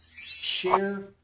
share